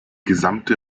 gesamte